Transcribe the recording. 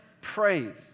praise